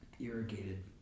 irrigated